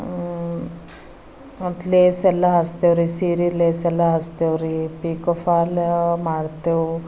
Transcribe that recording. ಮತ್ತು ಲೇಸ್ ಎಲ್ಲ ಹಚ್ತೇವ್ರಿ ಸೀರೆ ಲೇಸ್ ಎಲ್ಲ ಹಚ್ತೇವ್ರಿ ಪಿಕೊ ಫಾಲ್ ಮಾಡ್ತೆವು